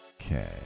Okay